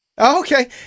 Okay